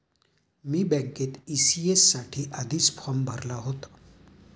मी बँकेत ई.सी.एस साठी आधीच फॉर्म भरला होता